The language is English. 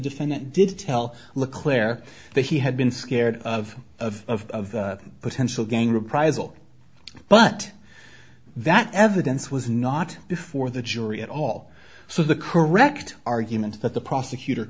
defendant did tell leclaire that he had been scared of of potential gang reprisal but that evidence was not before the jury at all so the correct argument that the prosecutor